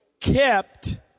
kept